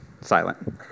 silent